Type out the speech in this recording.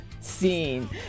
Scene